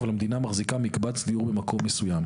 אבל המדינה מחזיקה מקבץ דיור במקום מסוים.